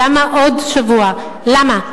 למה עוד שבוע, למה?